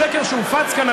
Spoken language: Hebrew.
השקר שהופץ כאן,